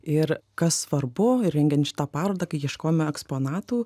ir kas svarbu rengiant šitą parodą kai ieškojome eksponatų